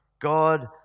God